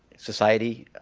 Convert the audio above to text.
society